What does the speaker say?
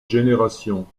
générations